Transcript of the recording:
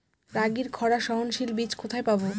রাগির খরা সহনশীল বীজ কোথায় পাবো?